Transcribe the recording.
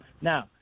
Now